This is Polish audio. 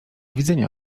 widzenia